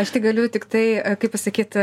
aš tik galiu tiktai kaip pasakyti